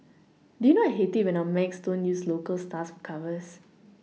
do you know I hate it when our mags don't use local stars for covers